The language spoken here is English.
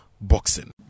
boxing